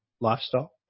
lifestyle